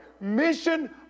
Mission